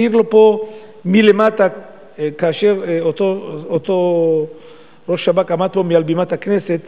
העיר לו פה מלמטה כאשר אותו ראש שב"כ עמד פה מעל בימת הכנסת,